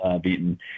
beaten